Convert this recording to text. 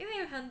应为很